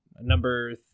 number